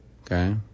Okay